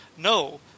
no